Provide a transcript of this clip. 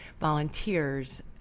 volunteers